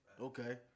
Okay